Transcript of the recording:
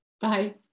Bye